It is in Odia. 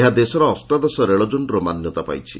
ଏହା ଦେଶର ଅଷ୍ଟାଦଶ ରେଳକୋନ୍ର ମାନ୍ୟତା ପାଇଛି